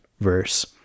verse